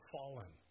fallen